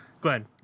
Glenn